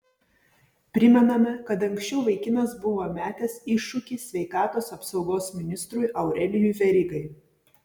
primename kad anksčiau vaikinas buvo metęs iššūkį sveikatos apsaugos ministrui aurelijui verygai